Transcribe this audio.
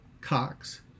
Cox